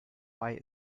bei